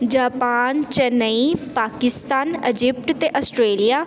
Japan Chennai Pakistan Egypt ਅਤੇ Australia